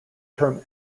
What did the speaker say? term